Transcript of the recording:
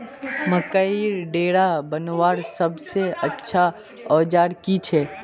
मकईर डेरा बनवार सबसे अच्छा औजार की छे?